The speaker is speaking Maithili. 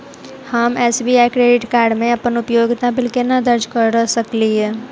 हम एस.बी.आई क्रेडिट कार्ड मे अप्पन उपयोगिता बिल केना दर्ज करऽ सकलिये?